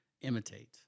imitate